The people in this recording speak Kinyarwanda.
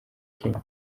kenya